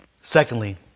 Secondly